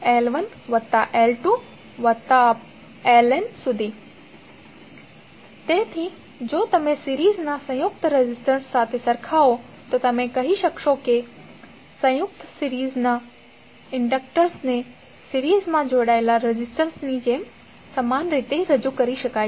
LeqL1L2Lni1nLi તેથી જો તમે સિરીઝના સંયુક્ત રેઝિસ્ટર્સ સાથે સરખાવો તો તમે કહી શકશો કે સંયુક્ત સિરીઝમાંના ઇન્ડક્ટર્સને સિરીઝમાં જોડાયેલા રેઝિસ્ટર્સની જેમ સમાન રીતે રજૂ કરવામાં આવે છે